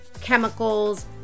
chemicals